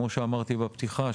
כמו שאמרתי בפתיחה,